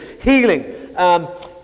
healing